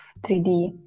3D